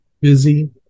busy